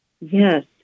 Yes